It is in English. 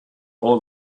all